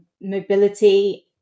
mobility